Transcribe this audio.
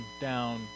down